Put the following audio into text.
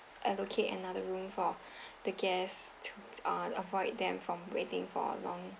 allocate another room for the guests to uh avoid them from waiting for a long